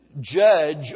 judge